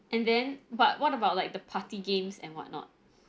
and then but what about like the party games and what not